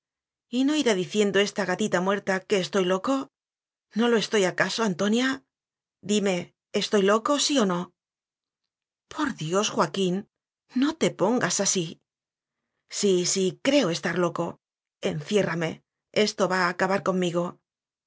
decía y no irá diciendo esta gatita muerta que estoy loco no lo estoy acaso antonia i dime estoy loco sí ó no por dios joaquín no te pongas así sí sí creo estar loco enciérrame esto va a acabar conmigo